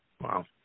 Wow